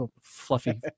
fluffy